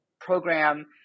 program